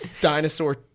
dinosaur